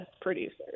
producers